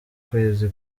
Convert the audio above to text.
kwezi